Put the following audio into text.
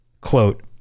quote